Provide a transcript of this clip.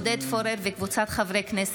עודד פורר וקבוצת חברי הכנסת.